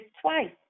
twice